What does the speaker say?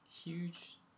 Huge